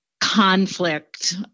conflict